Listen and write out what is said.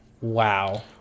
wow